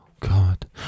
God